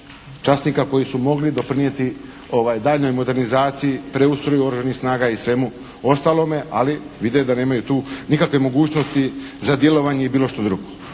časnika koji su mogli doprinijeti daljnjoj modernizaciji, preustroju Oružanih snaga i svemu ostalome, ali vide da nemaju tu nikakve mogućnosti za djelovanje i bilo što drugo.